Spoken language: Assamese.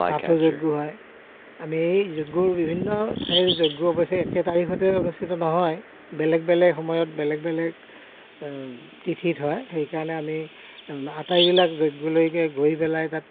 তাতো যজ্ঞ হয় আমি এই যজ্ঞৰ বিভিন্ন ঠাইৰ যজ্ঞ অৱশ্যে একে তাৰিখেতে অনুষ্ঠিত নহয় বেলেগ বেলেগ সময়ত বেলেগ বেলেগ তিথিত হয় সেই কাৰণে আমি আটাইবিলাক যজ্ঞলৈকে গৈ পেলাই তাত